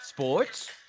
Sports